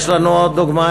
יש לנו עוד דוגמה.